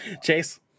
Chase